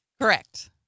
Correct